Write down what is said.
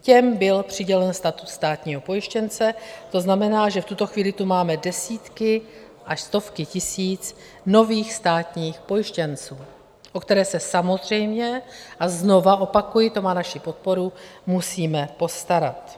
Těm byl přidělen status státního pojištěnce, to znamená, že v tuto chvíli tu máme desítky až stovky tisíc nových státních pojištěnců, o které se samozřejmě a znovu opakuji, to má naši podporu musíme postarat.